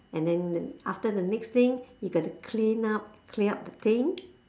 and then after the next thing you got to clean up clear up the thing